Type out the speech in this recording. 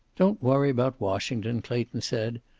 don't worry about washington, clayton said.